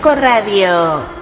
Radio